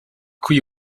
cui